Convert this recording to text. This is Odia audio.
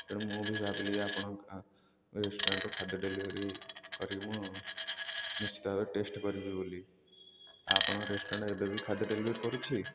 ତେଣୁ ମୁଁ ବି ଭାବିଲି ଆପଣ ରେଷ୍ଟୁରାଣ୍ଟ୍ରୁ ଖାଦ୍ୟ ଡେଲିଭରି କରିକି ମୁଁ ନିଶ୍ଚିତ ଭବେ ଟେଷ୍ଟ କରିବି ବୋଲି ଆଉ ଆପଣଙ୍କ ରେଷ୍ଟୁରାଣ୍ଟ୍ରେ ଏବେ ବି ଖାଦ୍ୟ ଡେଲିଭରି କରୁଛି